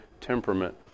temperament